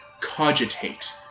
cogitate